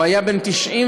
הוא היה בן 94,